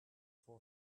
for